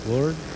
Lord